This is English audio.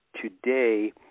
today